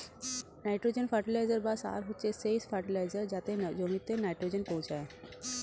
nitrogen fertiliser বা সার হচ্ছে সেই ফার্টিলাইজার যাতে জমিতে নাইট্রোজেন পৌঁছায়